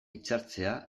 hitzartzea